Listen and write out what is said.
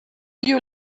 you